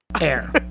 Air